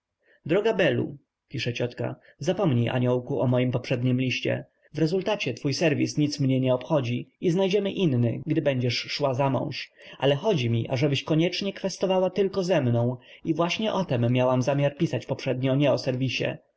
droga belu pisze ciotka zapomnij aniołku o moim poprzednim liście w rezultacie twój serwis nic mnie nie obchodzi i znajdziemy inny gdy będziesz szła zamąż ale chodzi mi ażebyś koniecznie kwestowała tylko ze mną i właśnie o tem miałam zamiar pisać poprzednio nie o serwisie